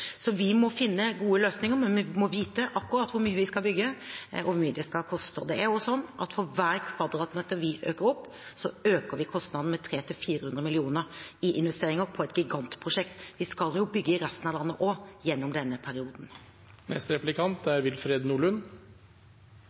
Vi må finne gode løsninger, men vi må vite akkurat hvor mye vi skal bygge, og hvor mye det skal koste. Det er sånn at for hver kvadratmeter vi øker med, øker vi kostnaden med 300–400 mill. kr i investeringer på et gigantprosjekt. Vi skal jo bygge i resten av landet også gjennom denne